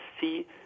see